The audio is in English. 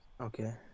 Okay